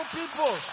people